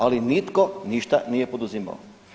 Ali nitko ništa nije poduzimao.